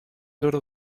loro